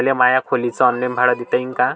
मले माया खोलीच भाड ऑनलाईन देता येईन का?